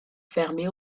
fermée